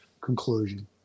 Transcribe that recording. conclusion